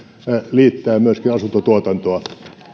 liittää myöskin asuntotuotantoa